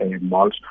malls